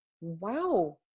wow